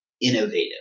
innovative